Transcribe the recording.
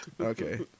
Okay